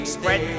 Spread